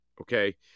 Okay